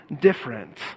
different